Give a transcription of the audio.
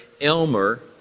Elmer